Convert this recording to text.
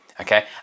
Okay